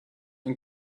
and